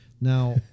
now